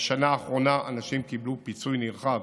בשנה האחרונה אנשים קיבלו פיצוי נרחב